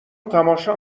تماشا